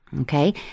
okay